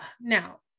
now